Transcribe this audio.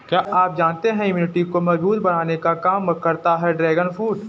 क्या आप जानते है इम्यूनिटी को मजबूत बनाने का काम करता है ड्रैगन फ्रूट?